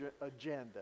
agenda